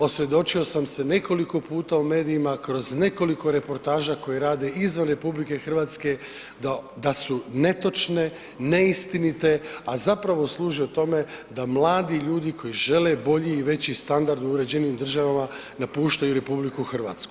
Osvjedočio sam se nekoliko puta u medijima, kroz nekoliko reportaža koje rade izvan RH da su netočne, neistinite, a zapravo služe o tome da mladi ljudi koji žele bolji i veći standard u uređenijim državama napuštaju RH.